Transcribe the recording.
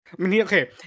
okay